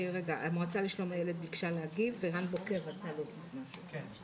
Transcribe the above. המועצה לשלום הילד ביקשה להגיב וגם רן בוקר רצה להוסיף משהו.